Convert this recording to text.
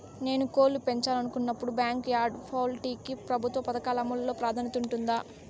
నేను కోళ్ళు పెంచాలనుకున్నపుడు, బ్యాంకు యార్డ్ పౌల్ట్రీ కి ప్రభుత్వ పథకాల అమలు లో ప్రాధాన్యత ఉంటుందా?